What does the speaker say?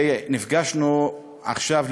ונפגשנו עכשיו,